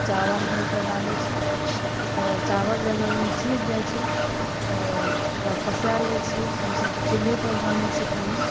चावल धोइकऽ डालै छी तऽ चावल जे अगर ओहिमे सिझ जाइ छै तऽ ओकरा पसा लै छिए हमसबके चूल्हेपर बनै छै खाना